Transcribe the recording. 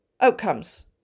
outcomes